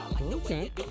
Okay